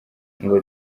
ngo